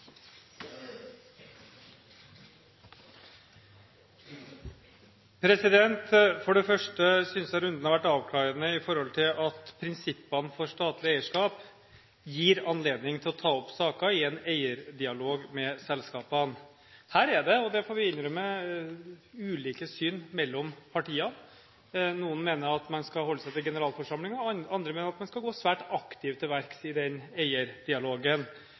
For det første synes jeg runden har vært avklarende med hensyn til at prinsippene for statlig eierskap gir anledning til å ta opp saker i en eierdialog med selskapene. Her er det – og det får vi innrømme – ulike syn mellom partiene. Noen mener at man skal holde seg til generalforsamlingen, og andre mener at man skal gå svært aktivt til verks i den eierdialogen.